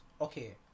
okay